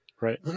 Right